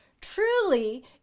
truly